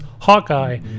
Hawkeye